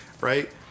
right